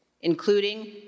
including